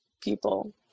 people